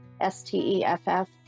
S-T-E-F-F